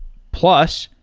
plus,